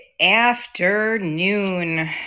afternoon